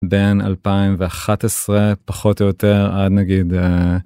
בין 2011, פחות או יותר, עד נגיד...